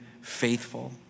faithful